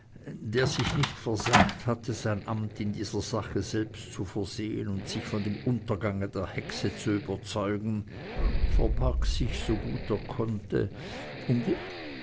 der sich nicht versagt hatte sein amt in dieser sache selbst zu versehen und sich von dem untergange der hexe zu überzeugen verbarg sich so gut er konnte um